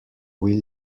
will